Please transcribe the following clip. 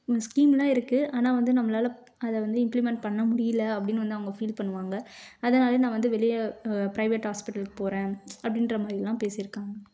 உங்கள் ஸ்கீம் எல்லாம் இருக்கு ஆனால் வந்து நம்பளால் அதை வந்து இம்ப்ளிமெண்ட் பண்ணமுடியல அப்படின்னு வந்து அவங்க ஃபீல் பண்ணுவாங்க அதனால் நான் வந்து வெளியே ப்ரைவேட் ஹாஸ்பிட்டலுக்கு போகறேன் அப்படின்ற மாதிரிலாம் பேசிருக்காங்க